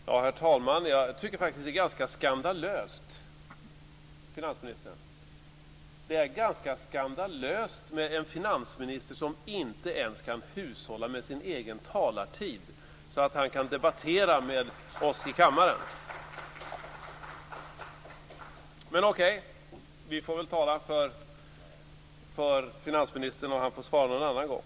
Herr talman! Jag tycker faktiskt att det är ganska skandalöst med en finansminister som inte ens kan hushålla med sin egen talartid så att han kan debattera med oss i kammaren. Men vi får väl tala till finansministern, och han får svara någon annan gång.